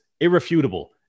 irrefutable